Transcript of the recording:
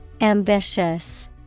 ambitious